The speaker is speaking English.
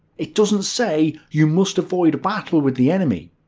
it doesn't say, you must avoid battle with the enemy.